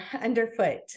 underfoot